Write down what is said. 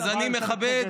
אז אני מכבד,